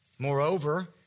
Moreover